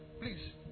Please